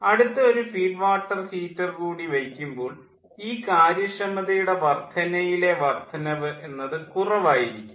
അടുത്ത ഒരു feed water heater കൂടി വയ്ക്കുമ്പോൾ ഈ കാര്യക്ഷമതയുടെ വർദ്ധനയിലെ വർദ്ധനവ് എന്നത് കുറവായിരിക്കും